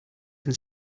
can